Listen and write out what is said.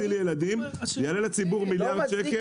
זה לא יציל ילדים וזה יעלה לציבור מיליארד שקל.